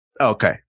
Okay